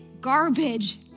garbage